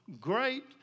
great